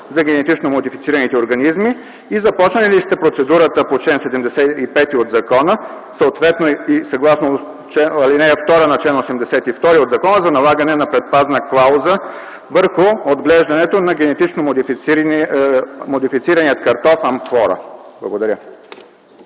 за генетично модифицираните организми и започнали ли сте процедурата по чл. 75 от закона, съответно и съгласно ал. 2 на чл. 82 от закона за налагане на предпазна клауза върху отглеждането на генетично модифицирания картоф „Амфлора”? Благодаря.